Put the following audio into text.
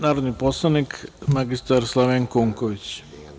Narodni poslanik magistar Slavenko Unković.